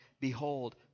Behold